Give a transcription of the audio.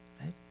right